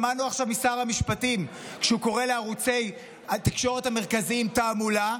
שמענו עכשיו את שר המשפטים קורא לערוצי התקשורת המרכזיים "תעמולה",